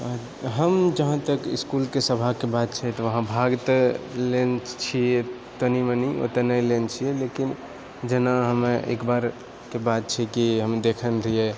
हम जहाँ तक इस्कूलके सभाकऽ बात छै तऽ उहाँ भाग तऽ लेन छियै तनि मनि ओतय नहि लेनय छियै लेकिन जेना हमे एकबारके बात छै कि हम देखय रहियै